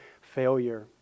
failure